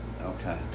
Okay